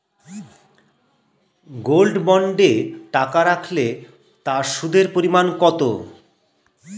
Gold বন্ডে টাকা রাখলে তা সুদের পরিমাণ কত?